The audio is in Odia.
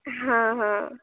ହଁ ହଁ